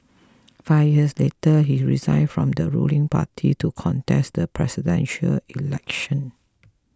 five years later he resigned from the ruling party to contest the Presidential Election